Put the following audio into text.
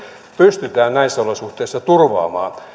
pystytään näissä olosuhteissa turvaamaan